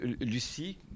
Lucie